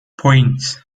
points